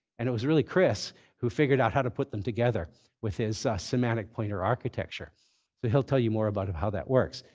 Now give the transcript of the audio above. and it was really chris who figured out how to put them together with his semantic pointer architecture. so he'll tell you more about um how that works.